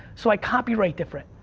so, i copy write different.